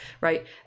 Right